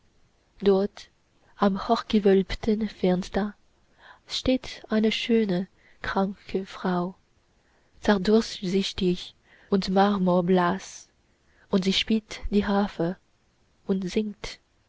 dort am hochgewölbten fenster steht eine schöne kranke frau zartdurchsichtig und marmorblaß und sie spielt die harfe und singt